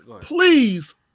please